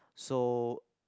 so